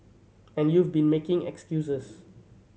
and you've been making excuses